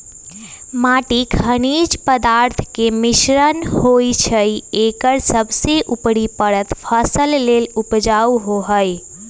माटी खनिज पदार्थ के मिश्रण होइ छइ एकर सबसे उपरी परत फसल लेल उपजाऊ होहइ